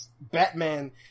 Batman